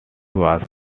was